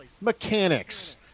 mechanics